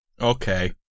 Okay